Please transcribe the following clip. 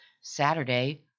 Saturday